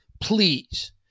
please